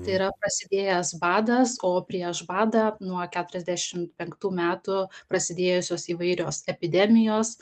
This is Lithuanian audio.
tai yra prasidėjęs badas o prieš badą nuo keturiasdešim penktų metų prasidėjusios įvairios epidemijos